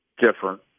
different